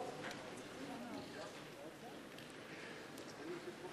קרואטיה ונשיא מדינת ישראל מאולם המליאה.) (תרועת חצוצרות)